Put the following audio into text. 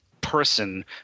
person